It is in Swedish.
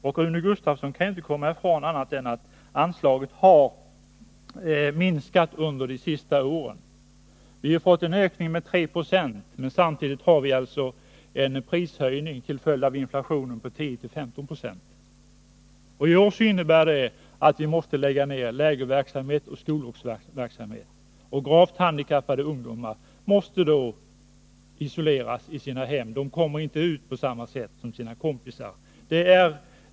Rune Gustavsson kan inte komma fram till något annat än att anslaget har minskat under de senaste åren. Vi har fått en ökning med 3 26, men samtidigt har vi haft en prishöjning till följd av inflationen på 10-15 96. I år innebär det att vi måste lägga ner lägerverksamheten och skollovsverksamheten. Gravt handikappade ungdomar måste då isoleras i sina hem. De kommer inte ut på samma sätt som sina kompisar.